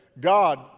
God